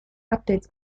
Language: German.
updates